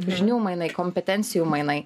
žinių mainai kompetencijų mainai